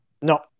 no